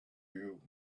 you